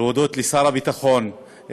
לשר הביטחון,